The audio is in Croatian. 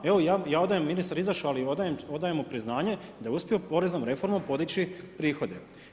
Evo ja odajem, ministar je izašao ali je odajem mu priznanje, da je uspio poreznom reformom podiči prihode.